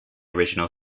original